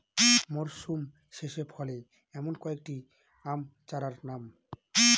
মরশুম শেষে ফলে এমন কয়েক টি আম চারার নাম?